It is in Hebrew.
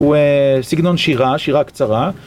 הוא סגנון שירה, שירה קצרה.